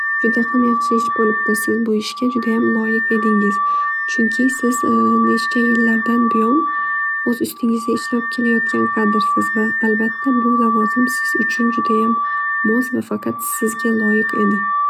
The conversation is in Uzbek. Juda hamyaxshi ish bo'libdi chunki siz bu ishga juda loyiq edingiz. Siz necha yillardan buyon o'z ustingizda ishlab kelayotgan kadrsiz. Albatta bu lavozim siz uchun judayam mos va sizga loyiq edi.